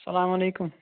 اسَلامُ عیکُم